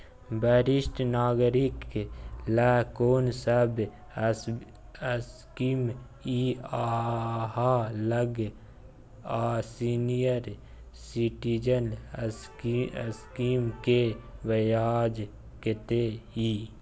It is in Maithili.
वरिष्ठ नागरिक ल कोन सब स्कीम इ आहाँ लग आ सीनियर सिटीजन स्कीम के ब्याज कत्ते इ?